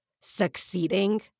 succeeding